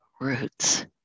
roots